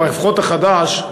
או לפחות החדש,